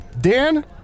Dan